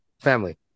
Family